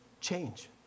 change